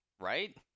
right